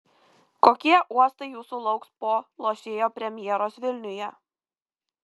kokie uostai jūsų lauks po lošėjo premjeros vilniuje